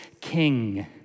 king